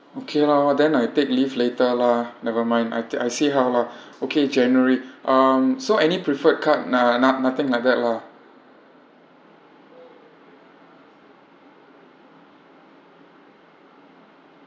okay loh then I take leave later lah never mind I I see how lah okay january um so any preferred card uh not~ nothing like that lah